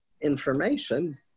information